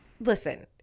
listen